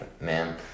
man